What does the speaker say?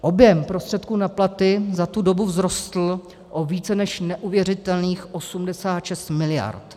Objem prostředků na platy za tu dobu vzrostl o více než neuvěřitelných 86 mld.